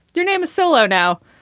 your name is so low now,